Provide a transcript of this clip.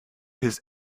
his